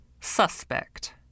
suspect